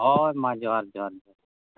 ᱦᱚᱭ ᱢᱟ ᱡᱚᱦᱟᱨ ᱡᱚᱦᱟᱨᱜᱮ